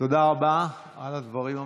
רבה על הדברים המרגשים.